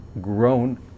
grown